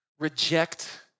Reject